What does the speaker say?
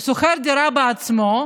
הוא שוכר דירה בעצמו,